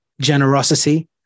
generosity